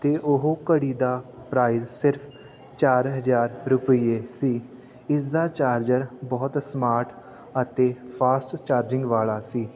ਅਤੇ ਉਹ ਘੜੀ ਦਾ ਪ੍ਰਾਈਜ ਸਿਰਫ ਚਾਰ ਹਜ਼ਾਰ ਰੁਪਈਏ ਸੀ ਇਸ ਦਾ ਚਾਰਜਰ ਬਹੁਤ ਸਮਾਰਟ ਅਤੇ ਫਾਸਟ ਚਾਰਜਿੰਗ ਵਾਲਾ ਸੀ